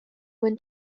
when